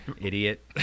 Idiot